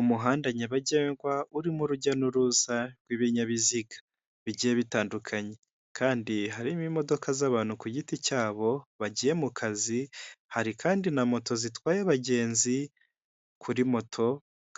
Umuhanda nyabagendwa urimo urujya n'uruza rw'ibinyabiziga bigiye bitandukanye kandi harimo imodoka z'abantu ku giti cyabo bagiye mu kazi, hari kandi na moto zitwaye abagenzi kuri moto